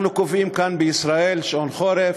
אנחנו קובעים, כאן, בישראל, שעון חורף,